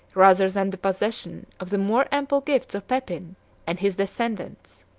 rather than the possession, of the more ample gifts of pepin and his descendants.